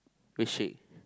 milk shake